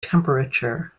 temperature